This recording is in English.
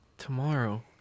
Tomorrow